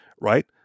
right